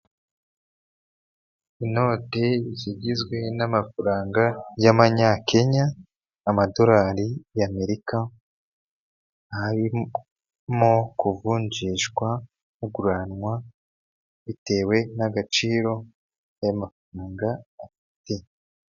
Inoti zigizwe n'amafaranga y'amanyakenya, amadolari y'Amerika arimo kuvunjishwa no kuguranwa bitewe n'agaciro aya. amfaranga afite.